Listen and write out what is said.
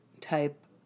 type